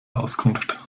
auskunft